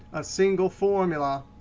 a single formula.